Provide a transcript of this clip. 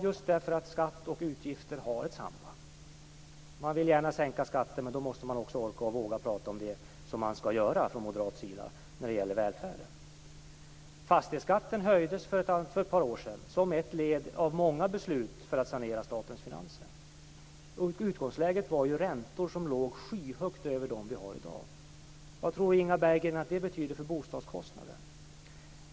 Jo, skatter och utgifter har ett samband. Man vill gärna sänka skatten, men då måste Moderaterna också våga prata om det som man skall göra när det gäller välfärden. Fastighetsskatten höjdes för ett par år sedan som ett av många beslut för att sanera statens finanser. Utgångsläget var ju räntor som låg skyhögt över dem vi har i dag. Vad tror Inga Berggren att det betyder för bostadskostnaden?